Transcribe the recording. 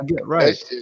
Right